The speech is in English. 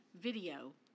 video